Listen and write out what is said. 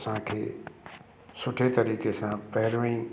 असांखे सुठे तरीक़े सां पहिरियों ई